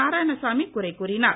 நாராயணசாமி குறை கூறினார்